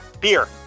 Beer